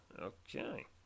Okay